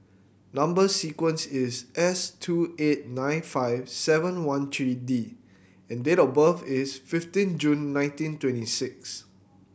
number sequence is S two eight nine five seven one three D and date of birth is fifteen June nineteen twenty six